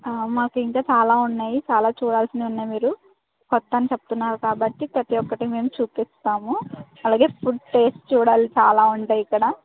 మాకు ఇంకా చాలా ఉన్నాయి చాలా చూడాల్సిన ఉన్నాయి మీరు కొత్త అని చెప్తున్నారు కాబట్టి ప్రతి ఒక్కటి మేము చూపిస్తాము అలాగే ఫుడ్ టెస్ట్ చూడాలి చాలా ఉంటాయి ఇక్కడ